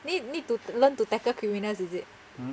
then you need to learn to tackle criminals is it